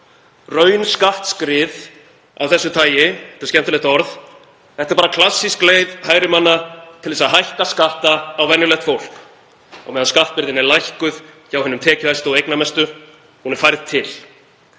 Raunskattsskrið af þessu tagi, þetta er skemmtilegt orð, er bara klassísk leið hægri manna til að hækka skatta á venjulegt fólk á meðan skattbyrðin er lækkuð hjá hinum tekjuhæstu og eignamestu, hún er færð til.